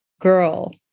girl